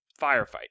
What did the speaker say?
Firefight